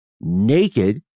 naked